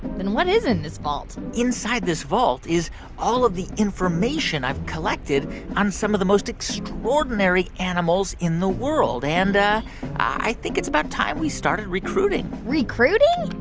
then what is in this vault? inside this vault is all of the information i've collected on some of the most extraordinary animals in the world. and i think it's about time we started recruiting recruiting?